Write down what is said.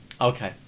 Okay